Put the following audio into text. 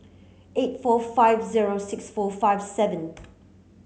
eight four five zero six four five seven